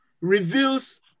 reveals